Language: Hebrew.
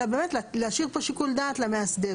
אלא באמת להשאיר פה שיקול דעת למאסדר,